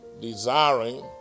desiring